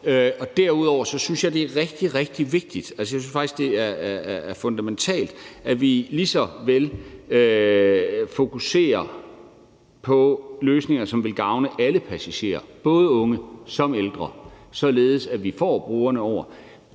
Derudover synes jeg, det er rigtig, rigtig vigtigt, ja, faktisk fundamentalt, at vi i lige så høj grad fokuserer på løsninger, som vil gavne alle passagerer, såvel unge som ældre, således at vi får brugerne over